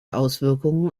auswirkungen